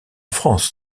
france